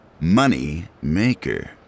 Moneymaker